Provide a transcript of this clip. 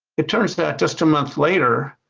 it turns that just a month later,